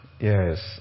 yes